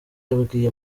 yabwiye